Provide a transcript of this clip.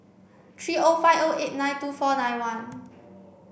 three O five O eight nine two four nine one